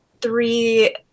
three